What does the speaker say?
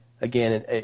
Again